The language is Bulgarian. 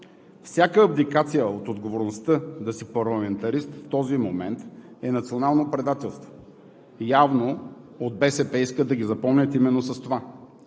Всяка абдикация от отговорността да си парламентарист в този момент е национално предателство. Явно от БСП искат да ги запомнят именно с това.